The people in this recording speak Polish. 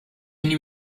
nim